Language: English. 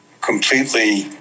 completely